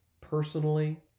personally